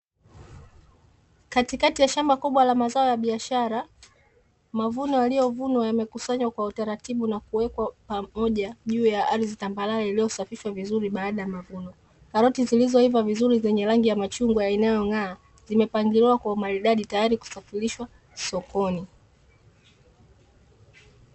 Katikati ya shamba kubwa la mazao ya biashara mavuno yaliyovunwa yamekusanywa kwa utaratibu na kuwekwa pamoja juu ya ardhi tambarare iliyosafishwa vizuri baada ya mavuno, karoti zilizoiva vizuri zenye rangi ya machungwa inayong’aa zimepangiliwa kwa umaridadi tayari kwa kusafirishwa sokoni.